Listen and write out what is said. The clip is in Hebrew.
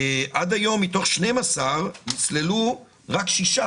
עד היום מתוך 12 הוסללו רק שש.